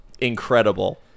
Incredible